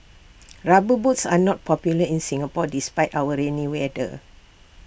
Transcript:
rubber boots are not popular in Singapore despite our rainy weather